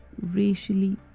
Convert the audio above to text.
racially